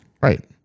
Right